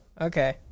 okay